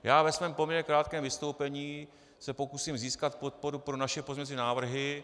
Já ve svém poměrně krátkém vystoupení se pokusím získat podporu pro naše pozměňující návrhy.